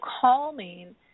calming